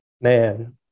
Man